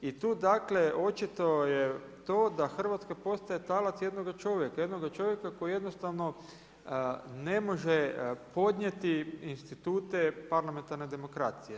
I tu dakle očito je to da Hrvatska postaje talac jednoga čovjeka, jednoga čovjeka koji jednostavno ne može podnijeti institute parlamentarne demokracije.